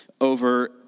over